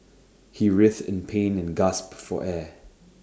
he writhed in pain and gasped for air